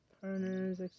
partners